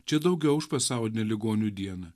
čia daugiau už pasaulinę ligonių dieną